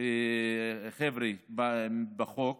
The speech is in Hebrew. לפי החוק,